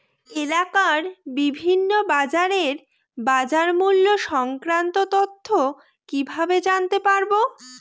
এলাকার বিভিন্ন বাজারের বাজারমূল্য সংক্রান্ত তথ্য কিভাবে জানতে পারব?